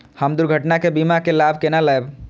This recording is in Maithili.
हम दुर्घटना के बीमा के लाभ केना लैब?